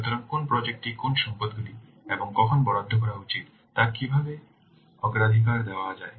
সুতরাং কোন প্রজেক্ট টি কোন সম্পদ গুলি এবং কখন বরাদ্দ করা উচিত তা কীভাবে অগ্রাধিকার দেওয়া যায়